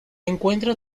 encuentra